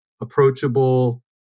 approachable